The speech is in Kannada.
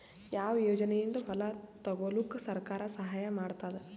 ಯಾವ ಯೋಜನೆಯಿಂದ ಹೊಲ ತೊಗೊಲುಕ ಸರ್ಕಾರ ಸಹಾಯ ಮಾಡತಾದ?